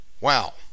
Wow